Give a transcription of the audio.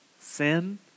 sin